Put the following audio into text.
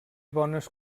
bones